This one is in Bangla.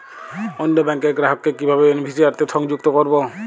অন্য ব্যাংক র গ্রাহক কে কিভাবে বেনিফিসিয়ারি তে সংযুক্ত করবো?